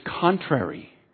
contrary